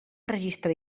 registre